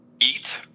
eat